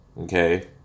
Okay